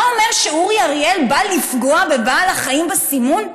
אתה אומר שאורי אריאל בא לפגוע בבעל החיים בסימון?